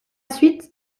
suite